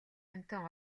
амьтан